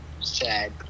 sad